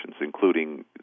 including